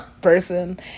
person